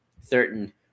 certain